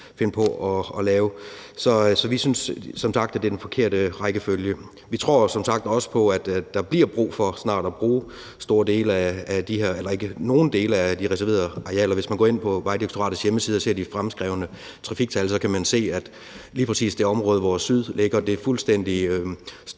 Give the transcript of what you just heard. finde på at lave. Så vi synes som sagt, at det er den forkerte rækkefølge. Vi tror som sagt også på, at der snart bliver brug for at bruge nogle dele af de reserverede arealer. Hvis man går ind på Vejdirektoratets hjemmeside og ser de fremskrevne trafiktal, kan man se, at i lige præcis det område, hvor den sydlige del ligger,